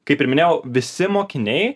kaip ir minėjau visi mokiniai